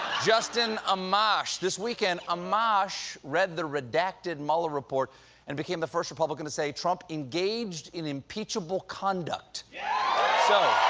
justin amash. this weekend, amash read the redacted mueller report and became the first republican to say trump engaged in impeachable conduct yeah